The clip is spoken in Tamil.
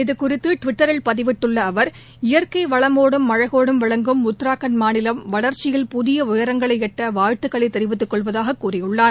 இது குறித்து டுவிட்டரில் பதிவிட்டுள்ள அவர் இயற்கை வளமோடும் அழகோடும் விளங்கும் உத்தராகண்ட் மாநிலம் வளர்ச்சியில் புதிய உயரங்களை எட்ட வாழ்த்துகளை தெரிவித்துக் கொள்வதாக கூறியுள்ளார்